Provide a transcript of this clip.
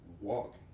walk